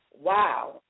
wow